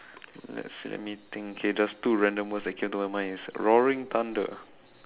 let's see let me think okay just two random words that came to my mind is roaring thunder